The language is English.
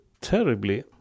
terribly